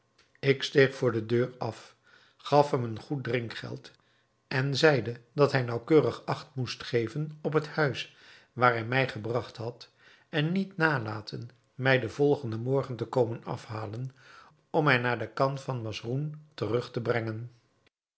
ik steeg voor de deur af gaf hem een goed drinkgeld en zeide dat hij naauwkeurig acht moest geven op het huis waar hij mij gebragt had en niet nalaten mij den volgenden morgen te komen afhalen om mij naar de khan van masroun terug te brengen